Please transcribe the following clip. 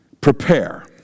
prepare